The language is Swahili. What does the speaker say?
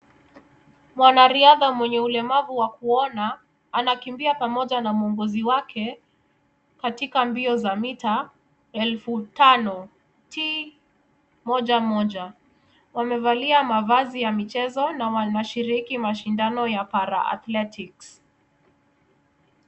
Mwanariadha mwenye ulemavu wa kuona anakimbia pamoja na muongozi wake katika mbio za mita elfu tano T 11 wamevalia mashindano ya michezo na wanashiriki mashindano ya para athletics .